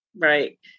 Right